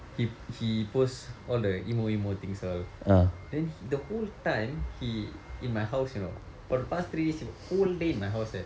he he post all the emo emo things all then the whole time he in my house you know for the past three days whole day in my house eh